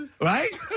right